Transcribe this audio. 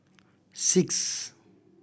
six